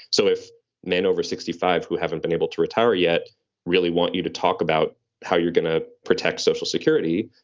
so if men over sixty five who haven't been able to retire yet really want you to talk about how you're going to protect social security,